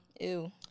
Ew